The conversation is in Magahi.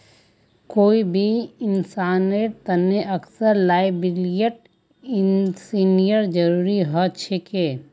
कोई भी इंसानेर तने अक्सर लॉयबिलटी इंश्योरेंसेर जरूरी ह छेक